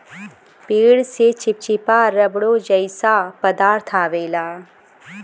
पेड़ से चिप्चिपा रबड़ो जइसा पदार्थ अवेला